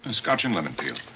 scotch and lemon peel.